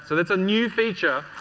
so that's a new feature.